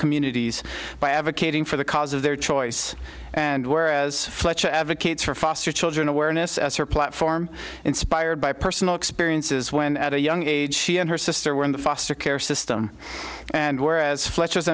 communities by advocating for the cause of their choice and whereas fletch advocates for foster children awareness as her platform inspired by personal experiences when at a young age she and her sister were in the foster care system and whereas fl